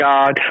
God